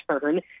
turn